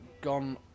gone